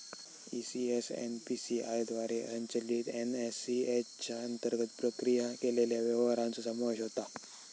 ECS NPCI द्वारे संचलित NACH च्या अंतर्गत प्रक्रिया केलेल्या व्यवहारांचो समावेश होता